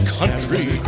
country